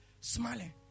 smiling